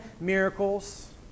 miracles